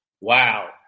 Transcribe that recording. Wow